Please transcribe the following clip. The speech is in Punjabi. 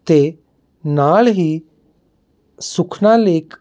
ਅਤੇ ਨਾਲ਼ ਹੀ ਸੁਖਨਾ ਲੇਕ